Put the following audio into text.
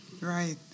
Right